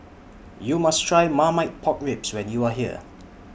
YOU must Try Marmite Pork Ribs when YOU Are here